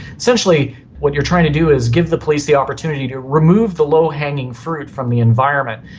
essentially what you are trying to do is give the police the opportunity to remove the low hanging fruit from the environment.